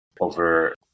over